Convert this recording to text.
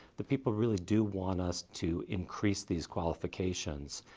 the people really do want us to increase these qualifications.